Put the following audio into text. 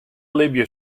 libje